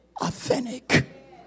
authentic